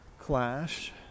clash